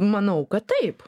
manau kad taip